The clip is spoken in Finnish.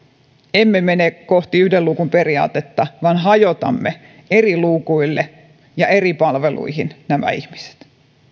emme mene kohti yhden luukun periaatetta vaan hajotamme nämä ihmiset eri luukuille ja eri palveluihin